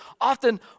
often